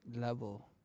level